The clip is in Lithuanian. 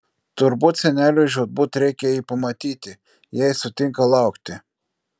turbūt seneliui žūtbūt reikia jį pamatyti jei sutinka laukti